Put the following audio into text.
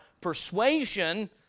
persuasion